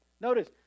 notice